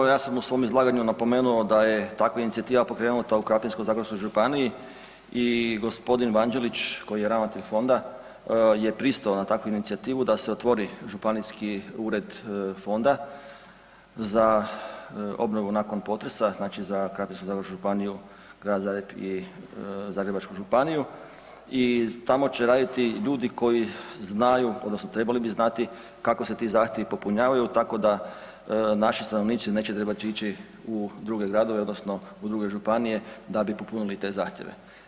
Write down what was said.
Evo ja sam u svom izlaganju napomenuo da je takva inicijativa pokrenuta u Krapinsko-zagorsko županiji i gospodin Vanđelić koji je ravnatelj fonda je pristao na takvu inicijativu da se otvori županijski ured fonda za obnovu nakon potresa znači za Krapinsko-zagorsku županiju, Grad Zagreb i Zagrebačku županiju i tamo će raditi ljudi koji znaju odnosno trebali bi znati kako se ti zahtjevi popunjavaju tako da naši stanovnici neće trebati ići u druge gradove odnosno u druge županije da bi popunili te zahtjeve.